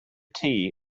tea